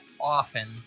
often